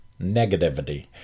negativity